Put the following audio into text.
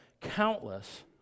countless